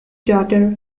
daughter